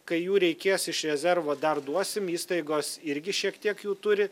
kai jų reikės iš rezervo dar duosim įstaigos irgi šiek tiek jų turi